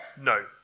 No